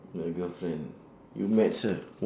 your girlfriend you met her